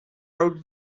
out